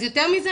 אז יותר מזה,